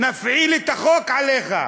נפעיל את החוק עליך,